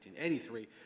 1983